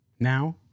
now